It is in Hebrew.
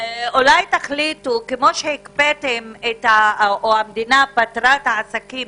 אולי תחליטו, כפי שהמדינה פטרה את העסקים